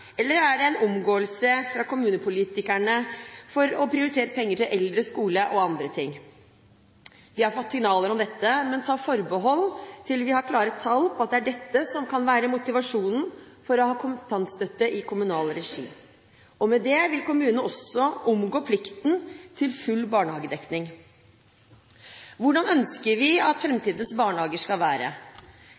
eller er det en omgåelse fra kommunepolitikerne for å prioritere penger til eldre, skole og andre ting? Vi har fått signaler om dette, men vi tar forbehold til vi har klare tall på at det kan være dette som er motivasjonen for å ha kontantstøtte i kommunal regi. Med det vil kommunene omgå plikten til full barnehagedekning. Hvordan ønsker vi at framtidens barnehager skal være?